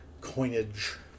coinage